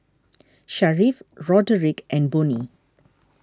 Sharif Roderick and Bonnie